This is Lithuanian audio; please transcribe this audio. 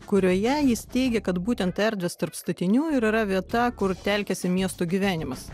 kurioje jis teigia kad būtent erdvės tarp statinių ir yra vieta kur telkiasi miesto gyvenimas